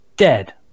dead